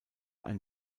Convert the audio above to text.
ein